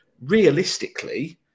Realistically